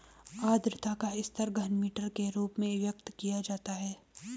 आद्रता का स्तर घनमीटर के रूप में व्यक्त किया जाता है